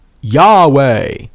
Yahweh